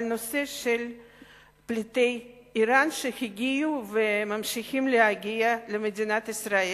בנושא פליטי אירן שהגיעו וממשיכים להגיע למדינת ישראל.